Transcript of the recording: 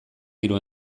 diru